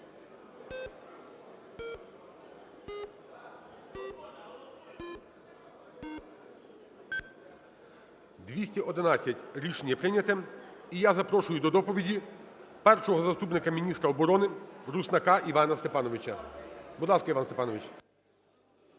За-211 Рішення прийнято. І я запрошую до доповіді першого заступника міністра оборони Руснака Івана Степановича. Будь ласка, Іван Степанович.